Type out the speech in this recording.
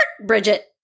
Bridget